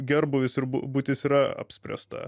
gerbūvis ir būtis yra apspręsta